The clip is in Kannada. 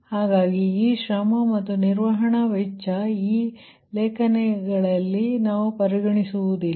ಆದ್ದರಿಂದ ಈ ಶ್ರಮ ಮತ್ತು ನಿರ್ವಹಣಾ ವೆಚ್ಚವನ್ನು ಈ ಲೇಖಗಳ್ಲಲಿ ನಾವು ಪರಿಗಣಿಸುವುದಿಲ್ಲ